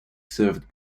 served